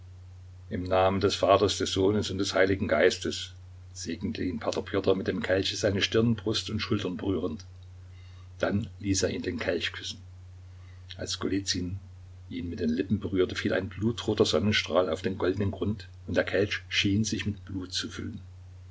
im namen des vaters des sohnes und des heiligen geistes segnete ihn p pjotr mit dem kelche seine stirn brust und schultern berührend dann ließ er ihn den kelch küssen als golizyn ihn mit den lippen berührte fiel ein blutroter sonnenstrahl auf den goldenen grund und der kelch schien sich mit blut zu füllen